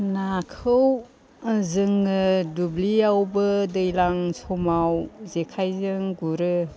नाखौ जोङो दुब्लियावबो दैज्लां समाव जेखाइजों गुरो